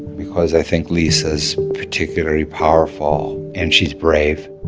because i think lisa's particularly powerful and she's brave,